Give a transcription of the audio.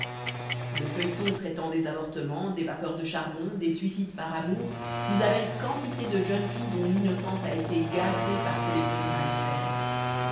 le feuilleton traitant des avortements des vapeurs de charbon des suicides par amour nous amène quantité de jeunes filles dont l'innocence a été gâtée par ces lectures malsaines